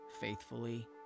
faithfully